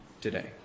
today